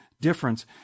difference